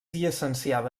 llicenciada